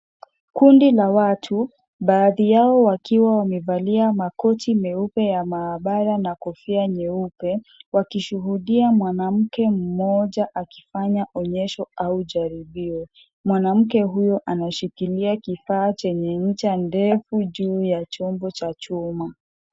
Kundi la watu baadhi yao wakiwa wamevalia makoti meupe ya maabara na kofia nyeupe wakishuhudia mwanamke mmoja akifanya onyesho au jaribio. Mwanamke huyu anashikilia kifaa chenye ncha ndefu juu ya chombo cha chuma.